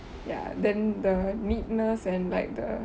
ya then the neatness and like the